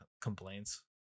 complaints